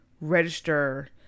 register